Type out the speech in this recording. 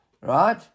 right